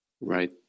Right